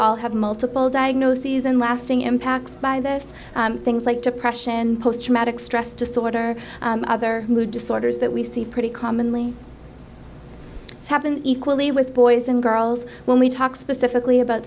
all have multiple diagnoses and lasting impacts by this things like depression post traumatic stress disorder other mood disorders that we see pretty commonly happen equally with boys and girls when we talk specifically about